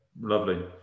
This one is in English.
lovely